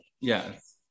Yes